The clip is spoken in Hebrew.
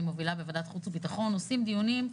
מובילה בוועדת חוץ ובטחון - עושים דיונים,